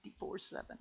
24-7